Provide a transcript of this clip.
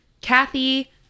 Kathy